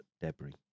debris